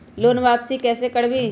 Loan वापसी कैसे करबी?